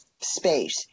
space